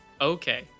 Okay